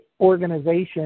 organization